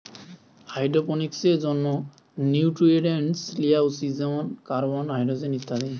হাইড্রোপনিক্সের জন্যে নিউট্রিয়েন্টস লিয়া উচিত যেমন কার্বন, হাইড্রোজেন ইত্যাদি